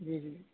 جی جی